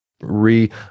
re